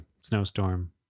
snowstorm